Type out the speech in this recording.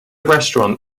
restaurant